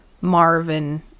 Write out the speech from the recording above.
Marvin